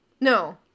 no